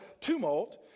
tumult